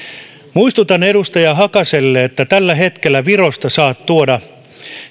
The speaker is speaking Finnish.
muistutan edustaja hakaselle että tällä hetkellä virosta saat tuoda